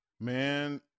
man